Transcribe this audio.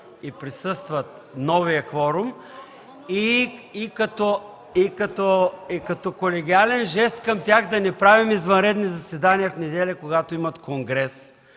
и присъстват – новият кворум, и като колегиален жест към тях – да не правим извънредни заседания в неделя, когато имат конгрес,